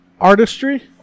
artistry